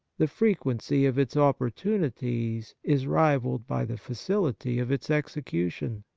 the frequency of its opportunities is rivalled by the facility of its execution.